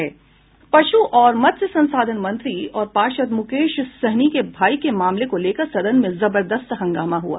पश् और मत्स्य संसाधन मंत्री और पार्षद मुकेश सहनी के भाई के मामले को लेकर सदन में जबरदस्त हंगामा हुआ